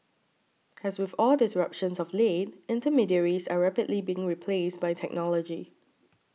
as with all disruptions of late intermediaries are rapidly being replaced by technology